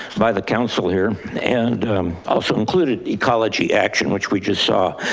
by the council here and also included ecology action, which we just saw.